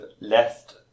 left